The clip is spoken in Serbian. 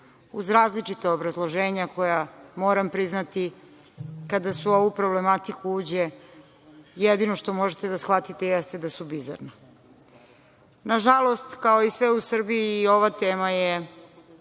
uz različita obrazloženja koja, moram priznati, kada se u ovu problematiku uđe jedino što možete da shvatite jeste da su bizarna. Nažalost, kao i sve u Srbiji i ova tema je